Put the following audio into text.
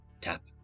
Tap